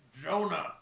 Jonah